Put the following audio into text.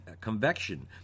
Convection